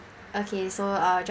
okay so uh